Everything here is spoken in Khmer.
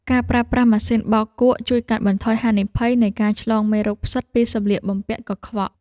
ការប្រើប្រាស់ម៉ាស៊ីនបោកគក់ជួយកាត់បន្ថយហានិភ័យនៃការឆ្លងមេរោគផ្សិតពីសម្លៀកបំពាក់កខ្វក់។